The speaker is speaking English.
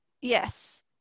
yes